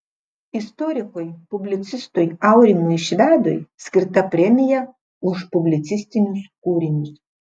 istorikui publicistui aurimui švedui skirta premija už publicistinius kūrinius